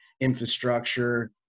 infrastructure